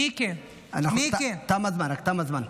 מיקי, מיקי, תם הזמן, תם הזמן.